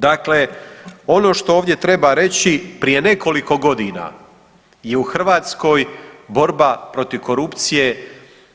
Dakle, ono što ovdje treba reći prije nekoliko godina je u Hrvatskoj borba protiv korupcije